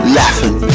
laughing